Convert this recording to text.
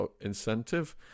incentive